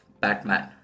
Batman